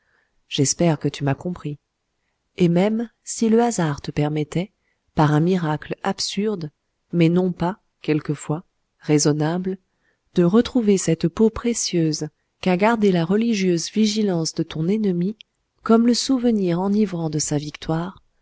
j'espère que tu m'as compris et même si le hasard te permettait par un miracle absurde mais non pas quelquefois raisonnable de retrouver cette peau précieuse qu'a gardée la religieuse vigilance de ton ennemi comme le souvenir enivrant de sa victoire